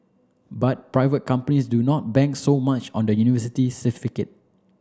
but private companies do not bank so much on the university certificate